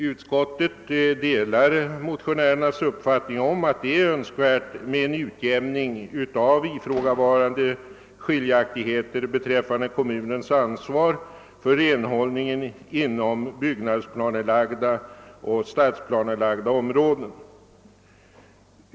Utskottet delar motionärernas uppfattning om att det är önskvärt med en utjämning av ifrågavarande skiljaktigheter beträffande kommunens ansvar för renhållningen inom byggnadsplanelagda och stadsplanelagda områden.